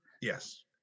Yes